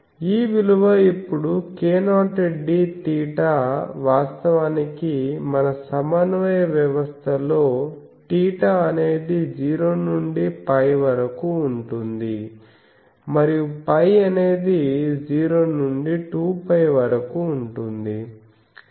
ఈ విలువ అప్పుడు k0d తీటా వాస్తవానికి మన సమన్వయ వ్యవస్థలో θ అనేది 0 నుండి π వరకు ఉంటుంది మరియు φ అనేది 0 నుండి 2π వరకు ఉంటుంది